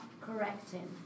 correcting